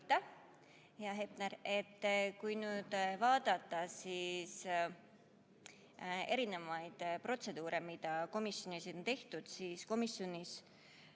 Kui vaadata erinevaid protseduure, mida komisjonis on tehtud, siis komisjonis